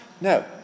No